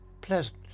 pleasant